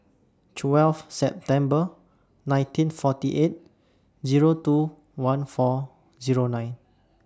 twelve September nineteen forty eight Zero two one four Zero nine